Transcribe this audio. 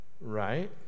Right